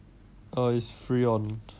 oh it's free on